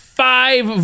five